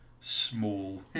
small